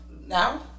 now